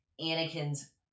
Anakin's